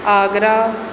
Agra